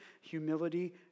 Humility